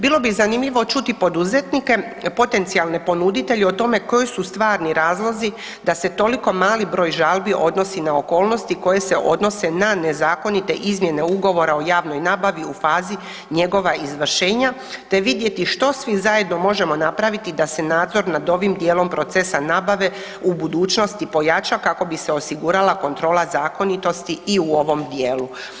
Bilo bi zanimljivo čuti poduzetnike potencijalne ponuditelje o tome koji su stvarni razlozi da se toliko mali broj žalbi odnosi na okolnosti koje se odnose na nezakonite izmjene ugovora o javnoj nabavi u fazi njegova izvršenja te vidjeti što svi zajedno možemo napraviti da se nadzor nad ovim procesom nabave u budućnosti pojača kako bi se osigurala kontrola zakonitosti i u ovom dijelu.